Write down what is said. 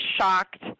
shocked